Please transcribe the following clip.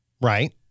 Right